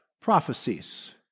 prophecies